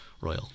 Royal